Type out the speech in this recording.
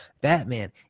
Batman